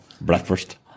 Breakfast